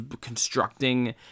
constructing